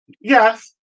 Yes